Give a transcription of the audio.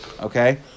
Okay